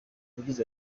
yagize